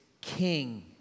king